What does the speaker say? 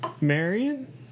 Marion